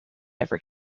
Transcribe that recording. ever